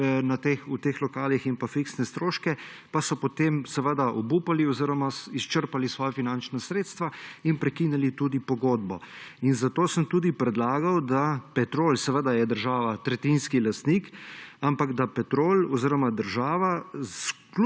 v teh lokalih in fiksne stroške, pa so potem obupali oziroma izčrpali svoja finančna sredstva in prekinili tudi pogodbo. Zato sem tudi predlagal, da Petrol, država je tretjinski lastnik, ampak da Petrol oziroma država